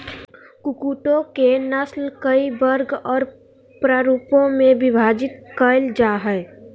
कुक्कुटों के नस्ल कई वर्ग और प्ररूपों में विभाजित कैल जा हइ